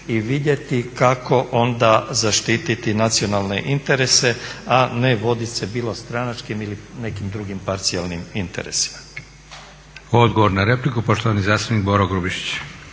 i vidjeti kako onda zaštiti nacionalne interese a ne vodit se bilo stranačkim ili nekim drugim parcijalnim interesima. **Leko, Josip (SDP)** Odgovor na repliku poštovani zastupnik Boro Grubišić.